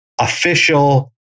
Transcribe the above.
official